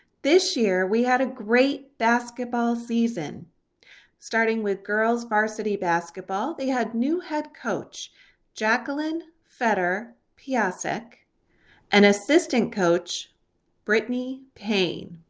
this year we had a great basketball season starting with girls varsity basketball. they had new head coach jacqueline feder p asik an assistant coach britney payne.